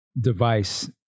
device